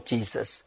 Jesus